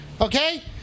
Okay